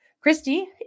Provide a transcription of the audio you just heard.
Christy